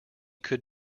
could